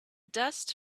dust